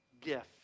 gift